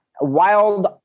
wild